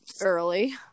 early